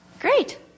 Great